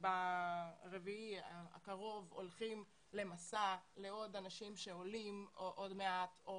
ביום רביעי הקרוב אנחנו הולכים לעוד אנשים שעולים עוד מעט או